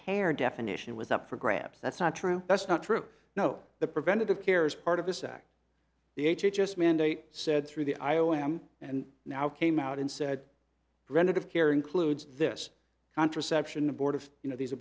care definition was up for grabs that's not true that's not true no the preventative care is part of this the h h s mandate said through the i o m and now came out and said relative care includes this contraception the board of you know these